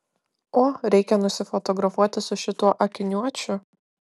o reikia nusifotografuoti su šituo akiniuočiu